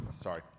sorry